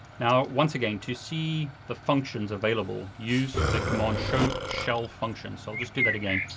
now, once again, to see the functions available, use the command show shell functions so i'll just do that again,